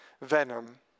venom